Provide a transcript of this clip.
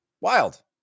Wild